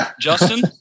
Justin